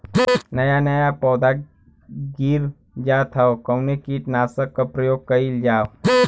नया नया पौधा गिर जात हव कवने कीट नाशक क प्रयोग कइल जाव?